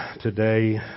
today